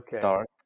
Dark